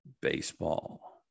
Baseball